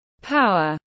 power